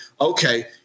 okay